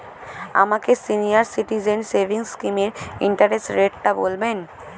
আমাকে senior citizen savings স্কিমের interest রেটটা বলবেন